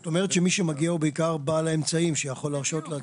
זאת אומרת שמי שמגיע בוא בעיקר בעל האמצעים שיכול להרשות לעצמו.